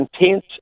intense